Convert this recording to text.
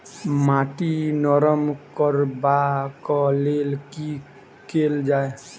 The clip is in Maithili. माटि नरम करबाक लेल की केल जाय?